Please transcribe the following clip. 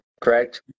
correct